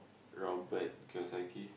Robert-Kiyosaki